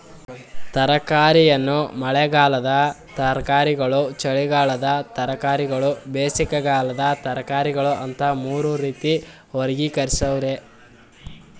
ತರಕಾರಿಯನ್ನು ಮಳೆಗಾಲದ ತರಕಾರಿಗಳು ಚಳಿಗಾಲದ ತರಕಾರಿಗಳು ಬೇಸಿಗೆಕಾಲದ ತರಕಾರಿಗಳು ಅಂತ ಮೂರು ರೀತಿ ವರ್ಗೀಕರಿಸವ್ರೆ